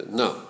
no